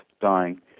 dying